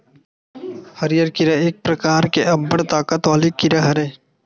हरियर कीरा एक परकार के अब्बड़ ताकत वाले कीरा हरय